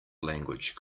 language